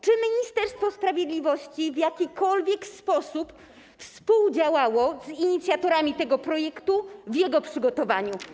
Czy Ministerstwo Sprawiedliwości w jakikolwiek sposób współdziałało z inicjatorami tego projektu przy jego przygotowywaniu?